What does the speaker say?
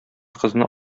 кызны